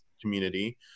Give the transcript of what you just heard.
community